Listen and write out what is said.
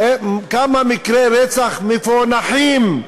כמה מקרי רצח מפוענחים,